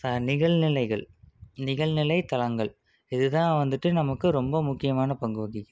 நிகழ்நிலைகள் நிகழ்நிலை தளங்கள் இதுதான் வந்துட்டு நமக்கு ரொம்ப முக்கியமான பங்கு வகிக்கிறது